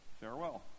Farewell